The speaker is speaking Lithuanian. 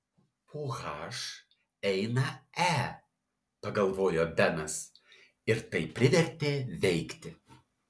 po h eina e pagalvojo benas ir tai privertė veikti